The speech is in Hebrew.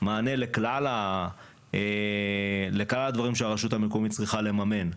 מענה לכלל הדברים שהרשות המקומית צריכה לממן,